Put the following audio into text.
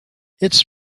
its